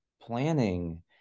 planning